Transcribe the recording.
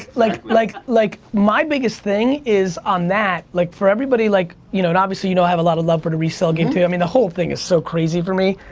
like like like my biggest thing is on that, like for everybody, like you know and obviously you know i have a lot of love for the resale game too, i mean the whole thing is so crazy for me,